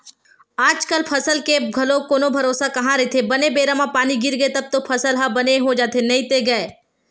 आजकल फसल के घलो कोनो भरोसा कहाँ रहिथे बने बेरा म पानी गिरगे तब तो फसल ह बने हो जाथे नइते गय